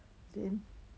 then